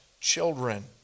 children